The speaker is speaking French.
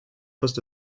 poste